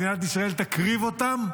מדינת ישראל תקריב אותם,